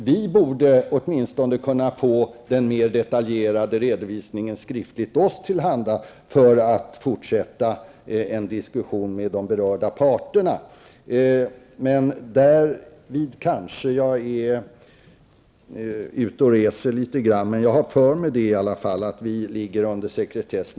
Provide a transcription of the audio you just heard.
Vi borde åtminstone kunna få den mer detaljerade redovisningen skriftligen oss tillhanda för att kunna fortsätta en diskussion med de berörda parterna. Jag kanske är ute och cyklar litet grand, men jag har för mig att vi arbetar under sekretess.